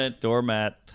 Doormat